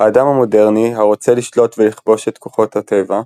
האדם המודרני הרוצה לשלוט ולכבוש את כוחות הטבע,